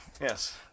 yes